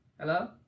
Hello